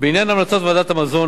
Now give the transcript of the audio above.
בעניין המלצות ועדת המזון,